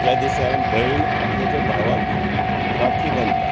ज्या दिसा भयण आपणाच्या भावाक राखी बांदता